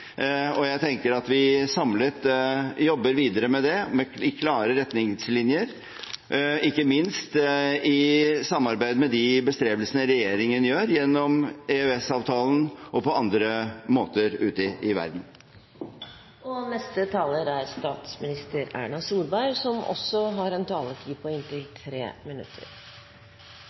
Jeg tenker at vi samlet jobber videre med det, med klare retningslinjer og i samarbeid, ikke minst i forbindelse med de bestrebelsene regjeringen gjør gjennom EØS-avtalen og på andre måter ute i verden. Jeg er helt enig med stortingspresidenten i at Stortinget har en